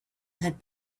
had